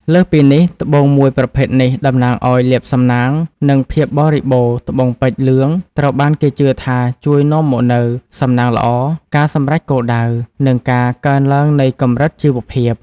លើសពីនេះត្បូងមួយប្រភេទនេះតំណាងឱ្យលាភសំណាង និងភាពបរិបូរណ៍ត្បូងពេជ្រលឿងត្រូវបានគេជឿថាជួយនាំមកនូវ សំណាងល្អ ការសម្រេចគោលដៅ និងការកើនឡើងនៃកម្រិតជីវភាព។